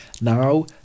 Now